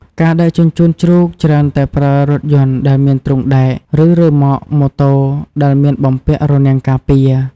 ការដឹកជញ្ជូនជ្រូកច្រើនតែប្រើរថយន្តដែលមានទ្រុងដែក ឬរ៉ឺម៉ក ម៉ូតូ ដែលមានបំពាក់រនាំងការពារ។